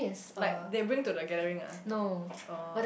like they bring to the gathering ah oh